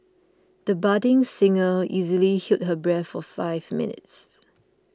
the budding singer easily held her breath for five minutes